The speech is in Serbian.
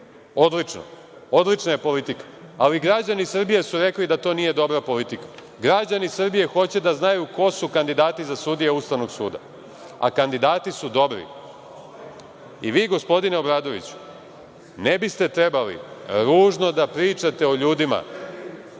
odlično. Odlična je politika. Ali, građani Srbije su rekli da to nije dobra politika. Građani Srbije hoće da znaju ko su kandidati za sudije Ustavnog suda. A kandidati su dobri.I, vi gospodine Obradoviću, ne biste trebali ružno da pričate o ljudima